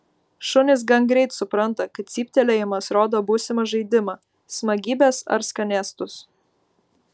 šunys gan greit supranta kad cyptelėjimas rodo būsimą žaidimą smagybes ar skanėstus